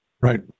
Right